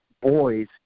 boys